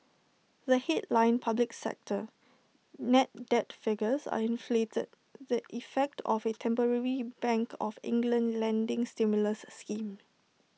the headline public sector net debt figures are inflated the effect of A temporary bank of England lending stimulus scheme